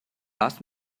ask